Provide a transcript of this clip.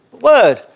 word